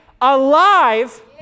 alive